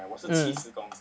mm